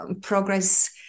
progress